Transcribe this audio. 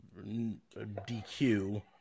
DQ